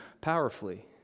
powerfully